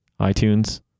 iTunes